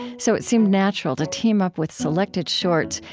so it seemed natural to team up with selected shorts,